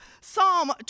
Psalm